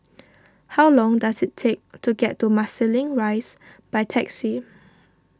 how long does it take to get to Marsiling Rise by taxi